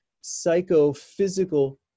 psychophysical